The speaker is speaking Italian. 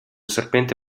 serpente